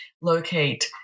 locate